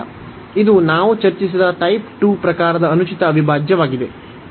ಇದು ನಾವು ಚರ್ಚಿಸಿದ ಟೈಪ್ 2 ಪ್ರಕಾರದ ಅನುಚಿತ ಅವಿಭಾಜ್ಯವಾಗಿದೆ